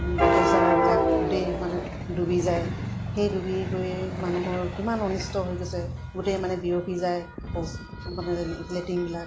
শৌচাগাৰবিলাক গোটেই মানে ডুবি যায় সেই ডুবি গৈয়ে মানুহৰ কিমান অনিষ্ট হৈ গৈছে গোটেই মানে বিয়পি যায় শৌচ মানে লেটিনবিলাক